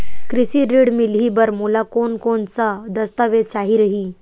कृषि ऋण मिलही बर मोला कोन कोन स दस्तावेज चाही रही?